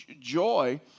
joy